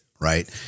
right